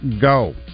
go